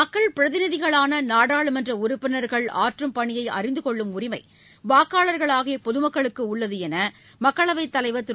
மக்கள் பிரதிநிதிகளான நாடாளுமன்ற உறுப்பினர்கள் ஆற்றும் பணியை அறிந்துகொள்ளும் உரிமை வாக்காளர்களாகிய பொதுமக்களுக்கு உள்ளது என மக்களவைத் தலைவர் திரு